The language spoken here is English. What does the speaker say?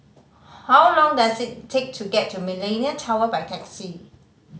how long does it take to get to Millenia Tower by taxi